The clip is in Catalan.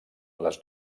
les